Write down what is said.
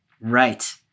Right